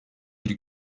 bir